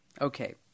Okay